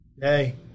Hey